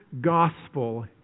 gospel